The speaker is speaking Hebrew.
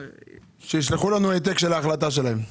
שישלחו לנו העתק מההחלטה שלהם.